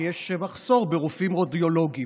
כי יש מחסור ברופאים רדיולוגיים.